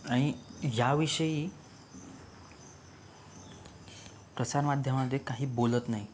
आणि या विषयी प्रसार माध्यमामध्ये काही बोलत नाही